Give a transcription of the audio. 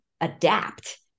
adapt